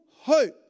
hope